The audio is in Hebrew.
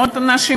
מאות אנשים,